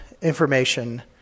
information